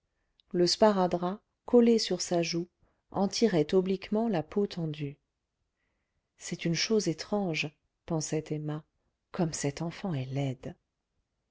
le sparadrap collé sur sa joue en tirait obliquement la peau tendue c'est une chose étrange pensait emma comme cette enfant est laide